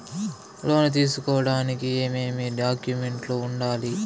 లోను తీసుకోడానికి ఏమేమి డాక్యుమెంట్లు ఉండాలి